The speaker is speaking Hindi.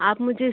आप मुझे